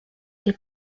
des